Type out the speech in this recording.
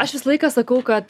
aš visą laiką sakau kad